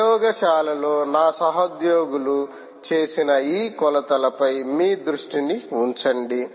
ప్రయోగశాలలో నా సహోద్యోగులు చేసిన ఈ కొలతపై మీ దృష్టిని ఉంచండి